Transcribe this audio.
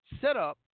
setup